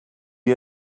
you